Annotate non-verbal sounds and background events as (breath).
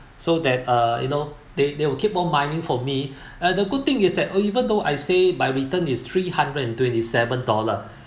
so that uh you know they they will keep on mining for me (breath) the good thing is that even though I say my return is three hundred and twenty seven dollar